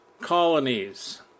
colonies